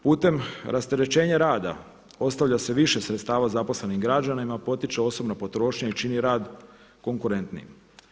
Putem rasterećenja rada ostavlja se više sredstava zaposlenim građanima, potiče osobna potrošnja i čini rad konkurentnijim.